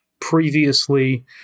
previously